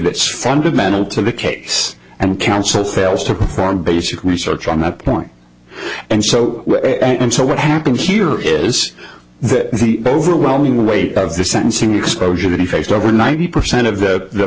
that's fundamental to the case and counsel fails to perform basic research on that point and so and so what happened here is that the overwhelming weight of the sentencing exposure that he faced over ninety percent of that the